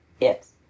Yes